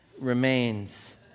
remains